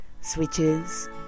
switches